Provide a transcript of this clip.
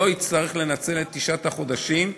שלא נצטרך לנצל את תשעת החודשים.